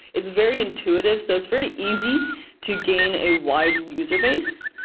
it's very intuitive, so it's very easy to gain a wide user base.